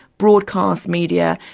broadcast media,